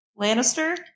Lannister